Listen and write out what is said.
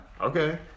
Okay